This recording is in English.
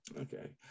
Okay